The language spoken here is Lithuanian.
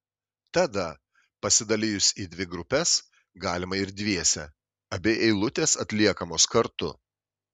tada pasidalijus į dvi grupes galima ir dviese abi eilutės atliekamos kartu